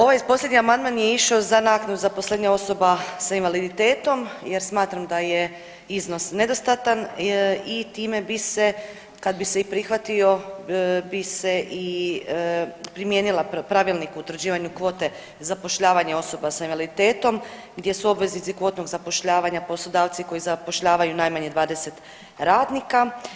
Ovaj posljednji amandman je išao za naknadu zaposlenja osoba sa invaliditetom jer smatram da je iznos nedostatan i time bi se kad bi se i prihvatio bi se i primijenio pravilnik o utvrđivanju kvote zapošljavanja osoba sa invaliditetom gdje su obveznici … zapošljavanja, poslodavci koji zapošljavaju najmanje 20 radnika.